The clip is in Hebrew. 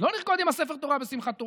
אז לא נרקוד עם ספר התורה בשמחת תורה,